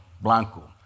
Blanco